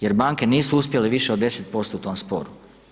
Jer banke nisu uspjele više od 10% u tom sporu.